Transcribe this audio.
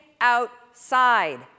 outside